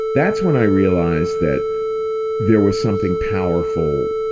that's when i realized that there was something powerful,